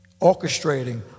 Orchestrating